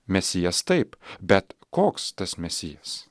mesijas taip bet koks tas mesijas